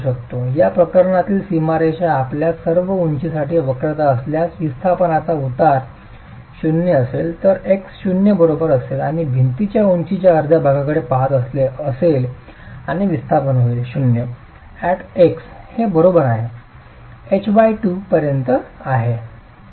या प्रकरणातील सीमारेषा आपल्यास सर्व उंचीसाठी वक्रता असल्यास विस्थापनाचा उतार 0 असेल तर x 0 बरोबर असेल आणि भिंतीच्या उंचीच्या अर्ध्या भागाकडे पहात असेल आणि विस्थापन होईल 0 x हे बरोबरच h बाई 2 पर्यंत आहे